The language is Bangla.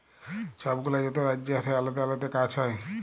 ছব গুলা যত রাজ্যে আসে আলেদা আলেদা গাহাচ হ্যয়